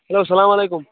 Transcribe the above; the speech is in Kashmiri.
ہٮ۪لو سلام علیکُم